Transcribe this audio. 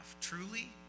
truly